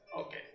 Okay